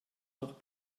noch